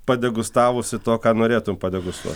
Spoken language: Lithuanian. padegustavusi to ką norėtum padegustuot